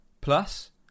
Plus